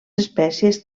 espècies